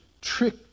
trick